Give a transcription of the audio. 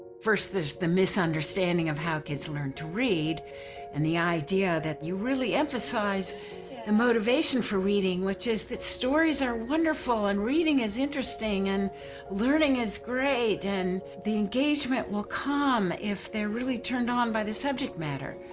first there's the misunderstanding of how kids learn to read and the idea that you really emphasize the motivation for reading which is that stories are wonderful and reading is interesting and learning is great and the engagement will come if they're really turned on by the subject matter.